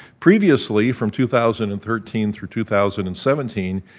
previously, from two thousand and thirteen through two thousand and seventeen,